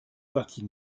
partie